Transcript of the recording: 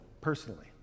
personally